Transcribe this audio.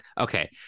okay